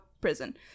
prison